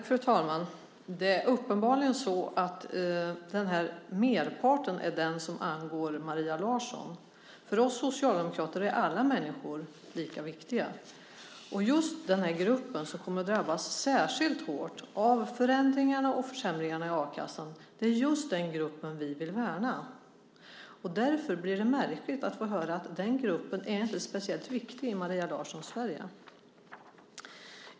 Fru talman! Det är uppenbarligen så att det är "merparten" som angår Maria Larsson. För oss socialdemokrater är alla människor lika viktiga. Det är just den grupp som kommer att drabbas särskilt hårt av förändringarna och försämringarna i a-kassan vi vill värna. Därför blir det märkligt att få höra att den gruppen inte är speciellt viktig i Maria Larssons Sverige.